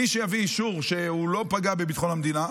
מי שיביא אישור שהוא לא פגע בביטחון המדינה,